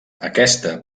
aquesta